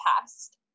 past